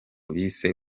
bise